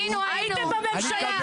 הייתם בממשלה.